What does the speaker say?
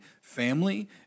family